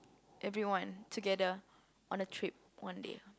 everyone together on a trip one day